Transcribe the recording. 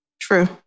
True